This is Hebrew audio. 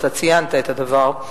ואתה ציינת את הדבר,